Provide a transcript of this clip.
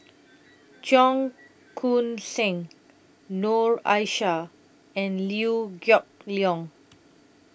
Cheong Koon Seng Noor Aishah and Liew Geok Leong